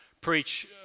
preach